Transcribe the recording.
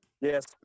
yes